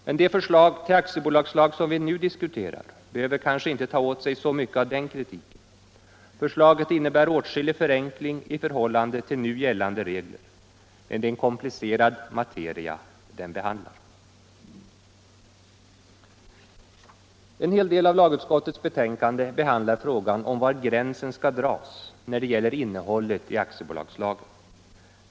Men det förslag till aktiebolagslag som vi nu diskuterar behöver kanske inte ta åt sig så mycket av den kritiken. Förslaget innebär åtskillig förenkling i förhållande till nu gällande regler, men det är en komplicerad materia det behandlar. En hel del av lagutskottets betänkande gäller frågan var gränsen skall dras i fråga om innehållet i aktiebolagslagen.